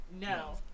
No